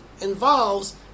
involves